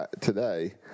today